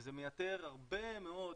וזה מייתר הרבה מאוד,